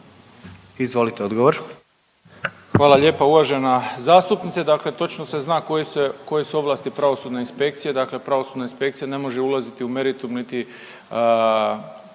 Ivan (HDZ)** Hvala lijepa. Uvažena zastupnice, dakle točno se zna koje su ovlasti pravosudne inspekcije. Dakle, pravosudna inspekcija ne može ulaziti u meritum niti